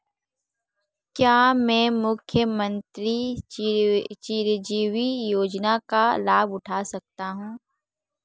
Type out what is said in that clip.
क्या मैं मुख्यमंत्री चिरंजीवी योजना का लाभ उठा सकता हूं?